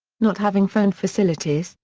not having phone facilities,